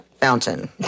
fountain